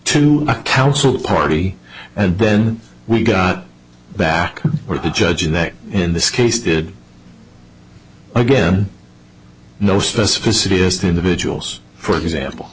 council party and then we got back where the judge in that in this case did again no specificity as the individuals for example